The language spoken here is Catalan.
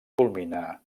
culmina